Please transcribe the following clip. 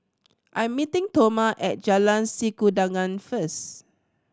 I am meeting Toma at Jalan Sikudangan first